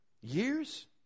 Years